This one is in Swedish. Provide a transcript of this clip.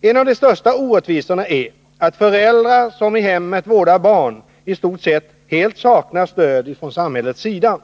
En av de största orättvisorna är att föräldrar som i hemmet vårdar barn i stort sett helt saknar stöd från samhällets sida.